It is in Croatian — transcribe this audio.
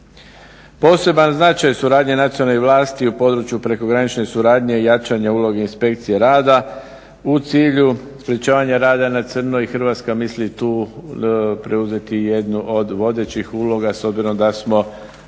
Poseban značaj suradnje nacionalne vlasti u području prekogranične suradnje i jačanje uloge inspekcije rada u cilju sprečavanja rada na crno i Hrvatska misli tu preuzeti jednu od vodećih uloga s obzirom da smo